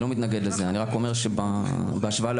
בהשוואה לעולם אפשר להוסיף עוד שבועיים